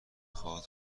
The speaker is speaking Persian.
خواد